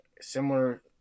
similar